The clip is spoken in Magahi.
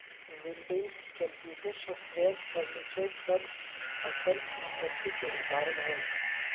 बिल्डिंग्स, कंप्यूटर, सॉफ्टवेयर, फर्नीचर सब अचल संपत्ति के उदाहरण हय